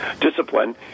discipline